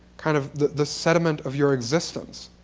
kind of the the sediment of your existence.